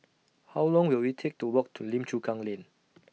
How Long Will IT Take to Walk to Lim Chu Kang Lane